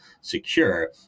secure